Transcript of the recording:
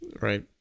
right